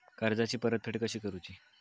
कर्जाची परतफेड कशी करूची?